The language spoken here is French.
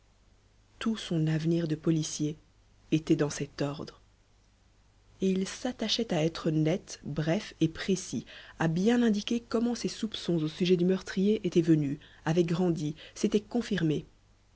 tout son avenir de policier était dans cet ordre et il s'attachait à être net bref et précis à bien indiquer comment ses soupçons au sujet du meurtrier étaient venus avaient grandi s'étaient confirmés